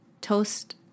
toast